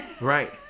Right